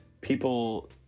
people